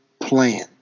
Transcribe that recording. plan